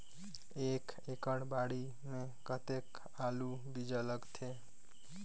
एक एकड़ बाड़ी मे कतेक आलू बीजा लगथे?